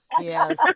Yes